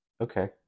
Okay